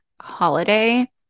holiday